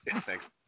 Thanks